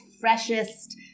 freshest